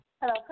Hello